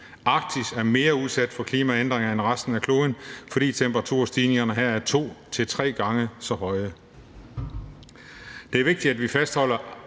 Arktis er mere udsat for klimaændringer end resten af kloden, fordi temperaturstigningerne her er 2-3 gange så store.